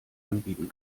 anbieten